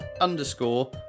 underscore